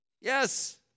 Yes